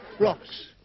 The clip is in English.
Rocks